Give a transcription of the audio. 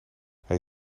hij